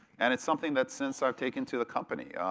and it's something that since i've taken to the company.